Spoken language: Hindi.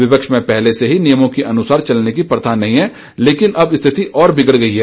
विपक्ष में पहले से ही नियमों के अनुसार चलने की प्रथा नहीं है लेकिन अब स्थिति और बिगड़ गई है